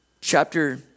Chapter